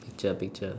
take a picture